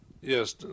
Yes